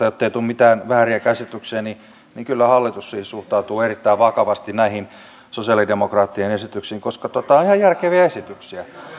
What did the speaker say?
jottei tule mitään vääriä käsityksiä niin sanon että kyllä hallitus siis suhtautuu erittäin vakavasti näihin sosialidemokraattien esityksiin koska ne ovat ihan järkeviä esityksiä